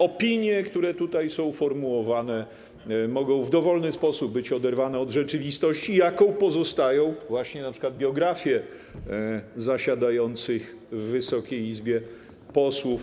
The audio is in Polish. Opinie, które tutaj są formułowane, mogą w dowolny sposób być oderwane od rzeczywistości, jaką pozostają właśnie np. biografie zasiadających w Wysokiej Izbie posłów.